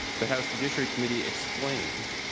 the house judiciary committee explained,